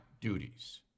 duties